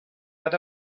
but